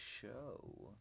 show